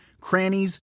crannies